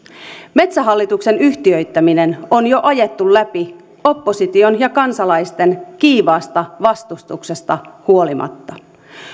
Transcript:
metsähallituksen yhtiöittäminen on jo ajettu läpi opposition ja kansalaisten kiivaasta vastustuksesta huolimatta